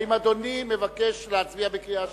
האם אדוני מבקש להצביע בקריאה שלישית?